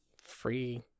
free